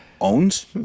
owns